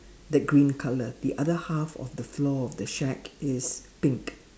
that green colour the other half of the floor of the shack is pink